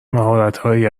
مهارتهایی